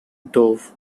dove